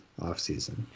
offseason